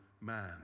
man